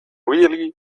really